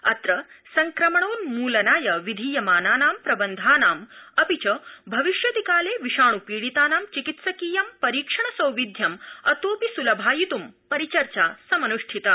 अत्र संक्रमणोन्मूलनाय विधीयमानानां प्रबन्धानां अपि च भविष्यतिकाले विषाण् पीडितानां चिकित्सकीयं परीक्षण सौविध्यं अतोऽपि सुलभायित् परिचर्चा समन्ष्ठिता